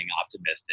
optimistic